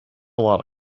lot